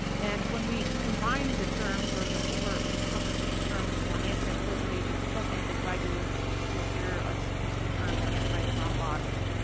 and when we combine the terms or the over-encompassing term for antiplatelet agents plus anticoagulants, you'll hear us use the term anti-thrombotic.